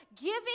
giving